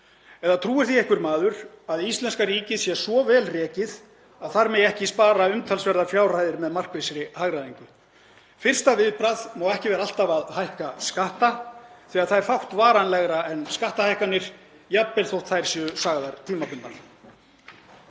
Eða trúir því einhver maður að íslenska ríkið sé svo vel rekið að þar megi ekki spara umtalsverðar fjárhæðir með markvissri hagræðingu? Fyrsta viðbragð má ekki að vera alltaf að hækka skatta því það er fátt varanlegra en skattahækkanir, jafnvel þótt þær séu sagðar tímabundnar.